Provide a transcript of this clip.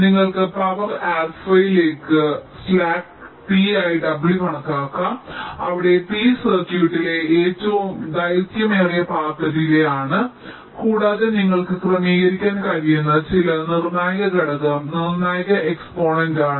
നിങ്ങൾക്ക് പവർ ആൽഫയിലേക്ക് 1 slack T ആയി w കണക്കാക്കാം അവിടെ T സർക്യൂട്ടിലെ ഏറ്റവും ദൈർഘ്യമേറിയ പാത്ത് ഡിലെ ആണ് കൂടാതെ നിങ്ങൾക്ക് ക്രമീകരിക്കാൻ കഴിയുന്ന ചില നിർണായക ഘടകം നിർണായക എക്സ്പോണന്റ് ആണ്